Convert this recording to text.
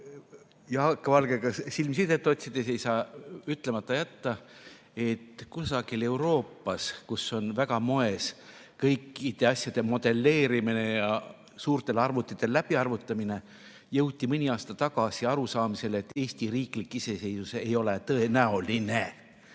Jaak Valgega silmsidet otsides omalt poolt ütlemata jätta, et kusagil Euroopas, kus on väga moes kõikide asjade modelleerimine ja suurtel arvutitel läbiarvutamine, jõuti mõni aasta tagasi arusaamisele, et Eesti riiklik iseseisvus ei ole tõenäoline.